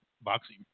boxing